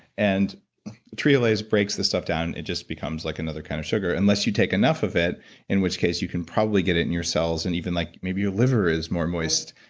and trehalase breaks this stuff down, it just becomes like another kind of sugar, unless you take enough of it in which case you can probably get it in your cells and even like maybe your liver is more moist,